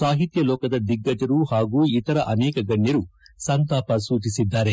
ಸಾಹಿತ್ಯ ಲೋಕದ ದಿಗ್ಗಜರು ಪಾಗೂ ಇತರ ಅನೇಕ ಗಣ್ಣರು ಸಂತಾಪ ಸೂಜಿಸಿದ್ದಾರೆ